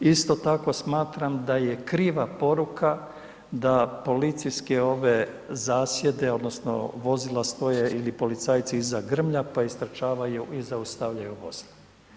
Isto tako smatram da je kriva poruka da policijske zasjede odnosno vozila stoje ili policajci iza grmlja pa istrčavaju i zaustavljaju vozila.